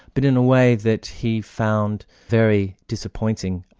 but in a way that he found very disappointing.